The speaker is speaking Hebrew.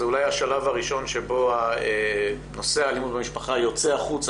זה אולי השלב הראשון שבו נושא האלימות במשפחה יוצא החוצה,